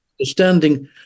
understanding